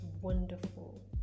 wonderful